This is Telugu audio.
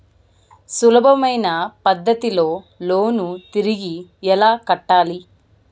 సులభమైన పద్ధతిలో లోను తిరిగి ఎలా కట్టాలి